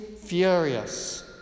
furious